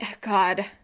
God